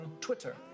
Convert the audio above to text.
Twitter